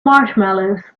marshmallows